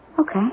Okay